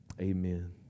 amen